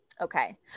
okay